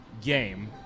game